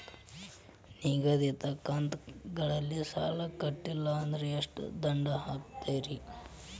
ನಿಗದಿತ ಕಂತ್ ಗಳಲ್ಲಿ ಸಾಲ ಕಟ್ಲಿಲ್ಲ ಅಂದ್ರ ಎಷ್ಟ ದಂಡ ಹಾಕ್ತೇರಿ?